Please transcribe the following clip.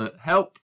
Help